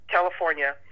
California